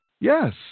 Yes